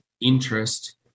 interest